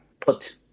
put